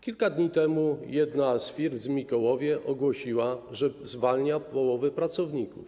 Kilka dni temu jedna z firm w Mikołowie ogłosiła, że zwalnia połowę pracowników.